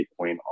bitcoin